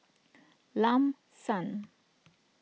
Lam San